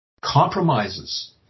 compromises